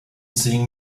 seeing